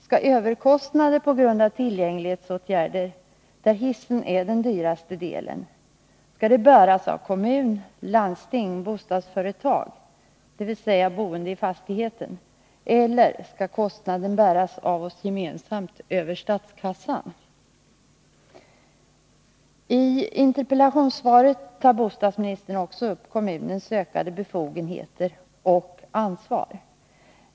Skall överkostnader på grund av tillgänglighetsåtgärder, där hissen är den dyraste delen, bäras av kommun, landsting, bostadsföretag — dvs. boende i fastigheten — eller skall kostnaden bäras av oss gemensamt över statskassan? I interpellationssvaret tar bostadsministern också upp kommunernas ökade befogenheter och ansvar.